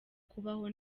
kubaho